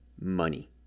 money